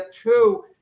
two